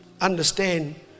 Understand